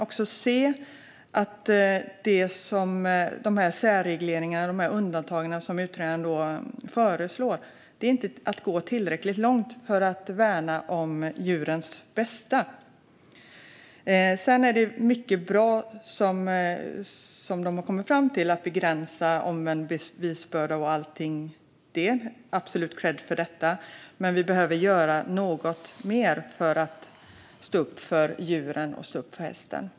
Men de särregleringar och undantag som utredaren föreslår är inte tillräckligt för att värna om djurens bästa. Sedan är det mycket bra som man har kommit fram till, till exempel detta med begränsad omvänd bevisbörda. Det ska man absolut ha kredd för. Men vi behöver göra något mer för att stå upp för djuren, för hästen.